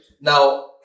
Now